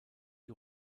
die